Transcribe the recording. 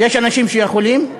יש אנשים שיכולים,